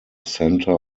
center